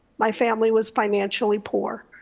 my family was financially poor.